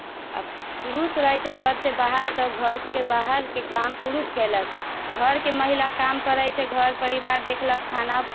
पुरुष रहै छै घरसँ बाहर तऽ घरके बाहरके काम पुरुष कयलक घरके महिला काम करै छै घर परिवार देखलक खाना